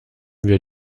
wir